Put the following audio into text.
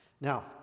Now